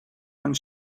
and